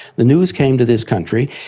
the news came to this country,